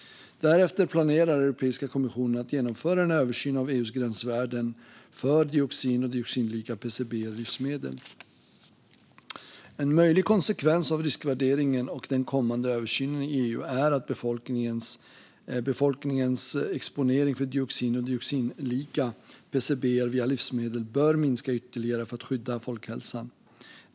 Därefter planerar Europeiska kommissionen att genomföra en översyn av EU-gränsvärdena för dioxin och dioxinlika PCB:er i livsmedel. En möjlig konsekvens av riskvärderingen och den kommande översynen i EU är att befolkningens exponering för dioxin och dioxinlika PCB:er via livsmedel bör minska ytterligare för att skydda folkhälsan.